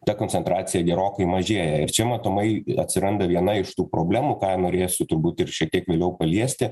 ta koncentracija gerokai mažėja ir čia matomai atsiranda viena iš tų problemų ką norėsiu turbūt ir šitiek vėliau paliesti